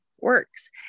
works